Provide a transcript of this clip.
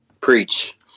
Preach